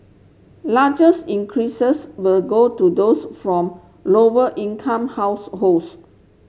larger increases will go to those from lower income households